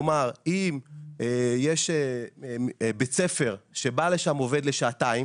כלומר, אם יש בית ספר ובא לשם עובד למשך שעתיים